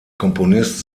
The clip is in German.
komponist